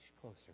closer